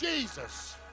Jesus